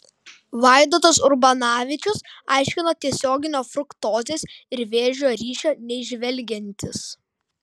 vaidotas urbanavičius aiškino tiesioginio fruktozės ir vėžio ryšio neįžvelgiantis